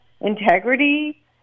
integrity